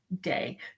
day